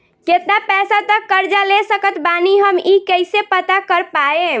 केतना पैसा तक कर्जा ले सकत बानी हम ई कइसे पता कर पाएम?